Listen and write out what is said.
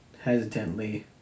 hesitantly